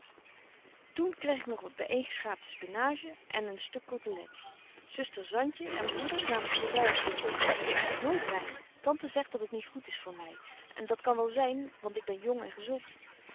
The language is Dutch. toen kreeg ik nog wat byeengeschraapte spenage en een stuk cottelet zuster zantje en broeder namen onderwyl eens ik kryg nooit wyn tante zegt dat het niet goed is voor my en dat kan wel zyn want ik ben jong en gezont